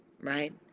right